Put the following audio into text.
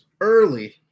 early